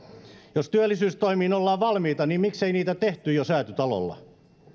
jos työllisyystoimiin ollaan valmiita niin miksi niitä ei tehty jo säätytalolla